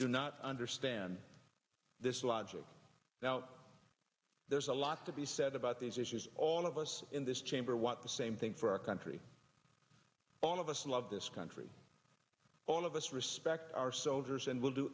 do not understand this logic that out there's a lot to be said about these issues all of us in this chamber want the same thing for our country all of us love this country all of us respect our soldiers and we'll do